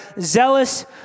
zealous